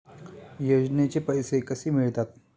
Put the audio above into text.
योजनेचे पैसे कसे मिळतात?